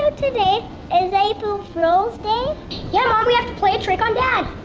today is april fools' day yeah we have to play a trick on dad.